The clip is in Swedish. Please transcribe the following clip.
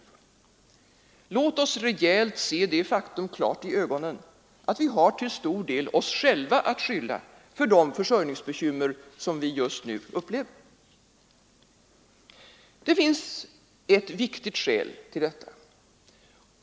Låt oss rejält se det faktum klart i ögonen att vi till stor del har oss själva att skylla för de försörjningsbekymmer som vi nu upplever. Det finns ett viktigt skäl till detta.